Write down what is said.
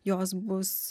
jos bus